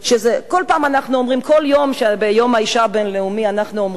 כל פעם ביום האשה הבין-לאומי אנחנו אומרים,